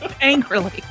Angrily